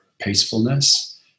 Peacefulness